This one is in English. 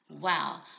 Wow